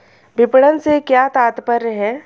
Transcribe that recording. विपणन से क्या तात्पर्य है?